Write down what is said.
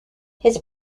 his